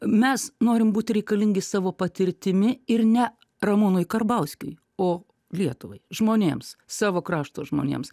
mes norim būti reikalingi savo patirtimi ir ne ramūnui karbauskiui o lietuvai žmonėms savo krašto žmonėms